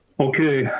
okay,